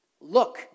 Look